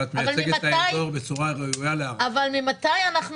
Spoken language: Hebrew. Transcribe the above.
אבל ממתי --- אבל את מייצגת את האזור בצורה ראויה להערכה.